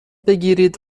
بگیرید